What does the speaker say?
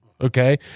okay